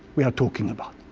we are talking about.